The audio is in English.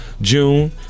June